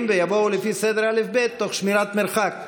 ויבואו לפי סדר האל"ף-בי"ת תוך שמירת מרחק.